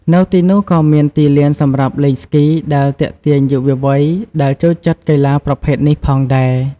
នៅទីនោះក៏មានទីលានសម្រាប់លេងស្គី ដែលទាក់ទាញយុវវ័យដែលចូលចិត្តកីឡាប្រភេទនេះផងដែរ។